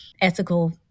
ethical